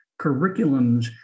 curriculums